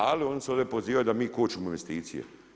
Ali oni se ovdje pozivaju da mi kočimo investicije.